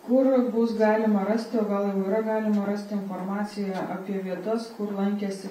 kur bus galima rasti o gal jau yra galima rasti informaciją apie vietas kur lankėsi